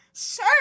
Sir